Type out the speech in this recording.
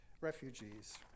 Refugees